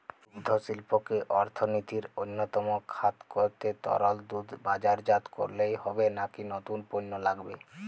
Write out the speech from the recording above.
দুগ্ধশিল্পকে অর্থনীতির অন্যতম খাত করতে তরল দুধ বাজারজাত করলেই হবে নাকি নতুন পণ্য লাগবে?